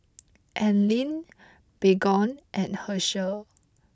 Anlene Baygon and Herschel